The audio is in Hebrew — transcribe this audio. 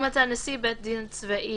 התש"ף 2020, ומצא נשיא בית דין צבאי